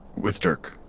with dirk